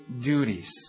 duties